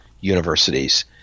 universities